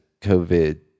COVID